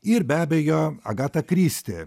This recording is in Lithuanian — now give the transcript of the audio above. ir be abejo agata kristi